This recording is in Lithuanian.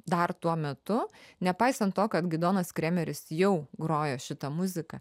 dar tuo metu nepaisant to kad gidonas kremeris jau grojo šitą muziką